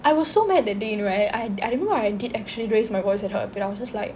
I was so mad that day you know I I I remember I did actually raise my voice at her a bit I was just like